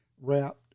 wrapped